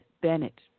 Bennett